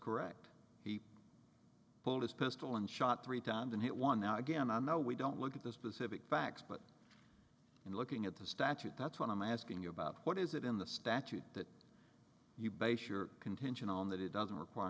correct he pulled his pistol and shot three times and hit one now again imo we don't look at the specific facts but in looking at the statute that's what i'm asking you about what is it in the statute that you base your contention on that it doesn't require